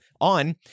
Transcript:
On